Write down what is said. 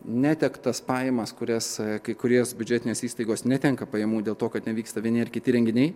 netektas pajamas kurias kai kuries biudžetinės įstaigos netenka pajamų dėl to kad nevyksta vieni ar kiti renginiai